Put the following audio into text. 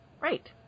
Right